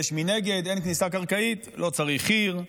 אש מנגד, אין כניסה קרקעית, לא צריך חי"ר,